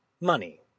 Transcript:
money